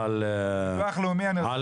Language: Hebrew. ביטוח לאומי --- לא,